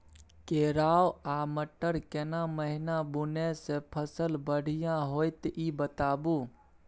केराव आ मटर केना महिना बुनय से फसल बढ़िया होत ई बताबू?